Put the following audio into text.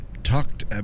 talked